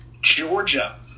Georgia